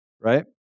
Right